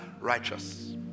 righteous